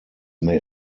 may